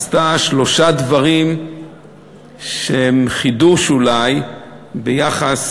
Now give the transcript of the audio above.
עשתה שלושה דברים שהם חידוש אולי ביחס